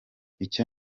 icyo